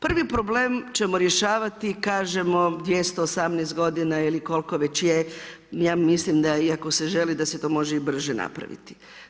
Prvi problem ćemo rješavati kažemo 2018. godina ili koliko već je, ja mislim da iako se želi da se to može i brže napraviti.